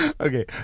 Okay